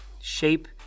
shape